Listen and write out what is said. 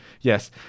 yes